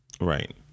Right